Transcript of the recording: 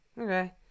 Okay